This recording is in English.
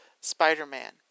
Spider-Man